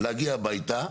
להגיע הביתה,